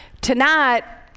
Tonight